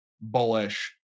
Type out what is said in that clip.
bullish